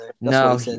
No